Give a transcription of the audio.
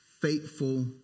faithful